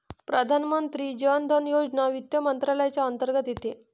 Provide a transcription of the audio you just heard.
प्रधानमंत्री जन धन योजना वित्त मंत्रालयाच्या अंतर्गत येते